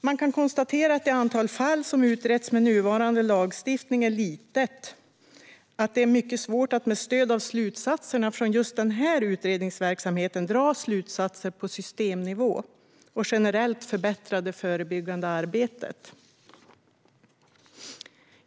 Man kan konstatera att det antal fall som utretts med nuvarande lagstiftning är litet och att det är mycket svårt att med stöd av slutsatserna från just denna utredningsverksamhet dra slutsatser på systemnivå och generellt förbättra det förebyggande arbetet.